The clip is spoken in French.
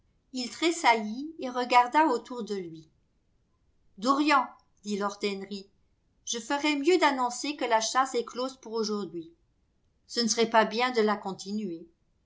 il tressaillit et regarda autour de lui dorian dit lord ilenry je ferais mieux d'annoncer que la chasse est close pour aujourd'hui ce ne serait pas bien de la continuer